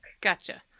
gotcha